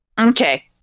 Okay